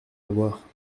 avoir